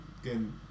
again